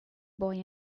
boy